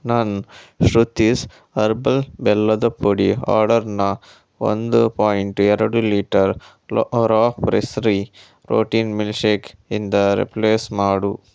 ನನ್ನ ಶ್ರುತೀಸ್ ಹರ್ಬಲ್ ಬೆಲ್ಲದ ಪುಡಿ ಆರ್ಡರನ್ನ ಒಂದು ಪಾಯಿಂಟ್ ಎರಡು ಲೀಟರ್ ರಾ ಪ್ರೆಸ್ಸರಿ ಪ್ರೋಟೀನ್ ಮಿಲ್ಕ್ಶೇಕಿಂದ ರೀಪ್ಲೇಸ್ ಮಾಡು